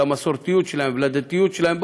למסורתיות שלהם ולדתיות שלהם,